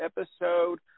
episode